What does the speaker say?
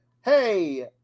hey